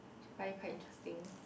find it quite interesting